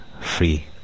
free